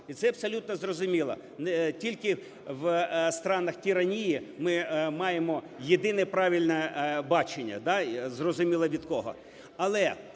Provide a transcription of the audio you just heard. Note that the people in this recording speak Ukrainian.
і це абсолютно зрозуміло. Не тільки в странах тиранії ми маємо єдино правильне бачення, зрозуміло від кого.